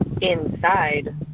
inside